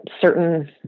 certain